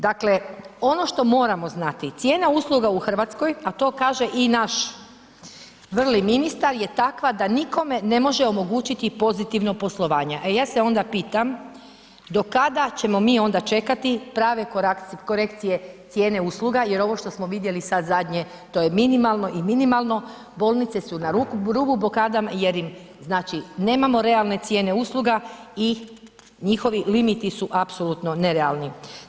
Dakle, ono što moramo znati, cijena usluga u Hrvatskoj a to kaže i naš vrli ministar je takva da nikome ne može omogućiti pozitivno poslovanje a ja se onda pitam do kada ćemo mi onda čekati prave korekcije cijene usluga jer ovo što smo vidjeli sad zadnje, to je minimalno i minimalno, bolnice su na rubu blokada jer im znači nemamo realne cijene usluga i njihovi limiti su apsolutno nerealni.